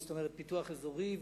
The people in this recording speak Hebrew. פיתוח אזורי,